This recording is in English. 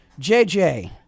JJ